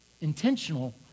intentional